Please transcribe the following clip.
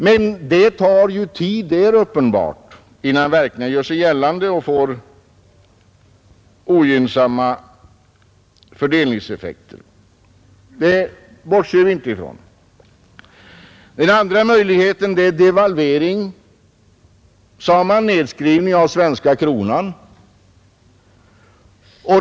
Det är uppenbart att det tar tid innan verkningarna gör sig gällande och får ogynnsamma fördelningseffekter. Det bortser vi inte ifrån. Den andra möjligheten är en devalvering, sade man, en nedskrivning av den svenska kronan.